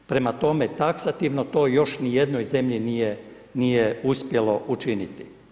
Prema tome, taksativno to još nijednoj zemlji nije uspjelo učiniti.